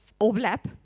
overlap